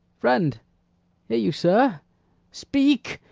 friend! hear you, sir speak